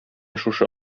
шушы